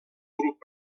grup